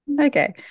Okay